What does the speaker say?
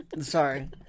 Sorry